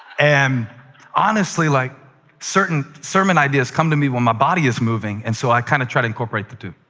and honestly, like certain sermon ideas come to me when my body is moving, and so i kind of try to incorporate the two.